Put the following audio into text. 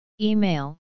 Email